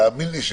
תאמין לי שכן.